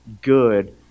good